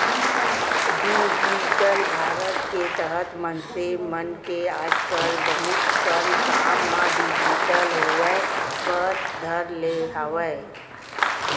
digital Bharat के तहत मनसे मन के आज कल बहुत कन काम ह डिजिटल होय बर धर ले हावय